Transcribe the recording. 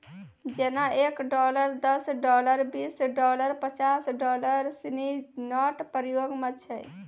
जेना एक डॉलर दस डॉलर बीस डॉलर पचास डॉलर सिनी नोट प्रयोग म छै